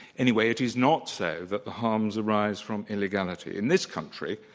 anyway, it is not so that the harms arise from illegality. in this country,